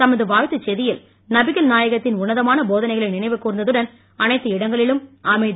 தமது வாழ்த்துச் செய்தியில் நபிகள் நாயகத்தின் உன்னதமான போதனைகளை நினைவு கூர்ந்ததுடன் அனைத்து இடங்களிலும் அமைதி